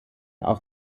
auf